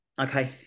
Okay